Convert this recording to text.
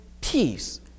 peace